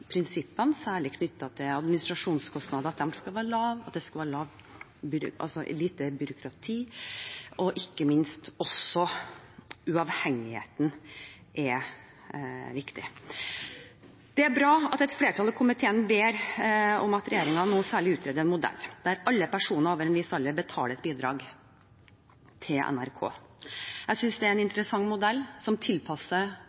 prinsippene, særlig knyttet til administrasjonskostnadene – at de skal være lave, at det skal være lite byråkrati. Og ikke minst er uavhengigheten viktig. Det er bra at et flertall i komiteen ber om at regjeringen nå utreder en modell der alle personer over en viss alder betaler et bidrag til NRK. Jeg synes det er en